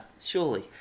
Surely